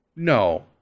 No